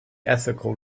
ethical